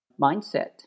mindset